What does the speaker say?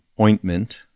ointment